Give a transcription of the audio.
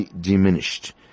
diminished